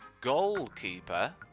goalkeeper